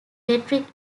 metric